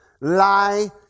lie